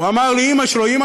שאמר לאימא שלו: אימא,